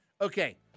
Okay